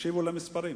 תקשיבו למספרים,